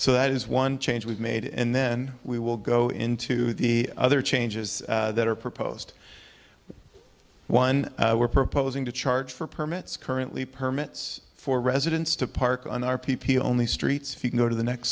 so that is one change we've made and then we will go into the other changes that are proposed one we're proposing to charge for permits currently permits for residents to park on our p p only streets few can go to the next